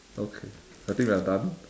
okay I think we're done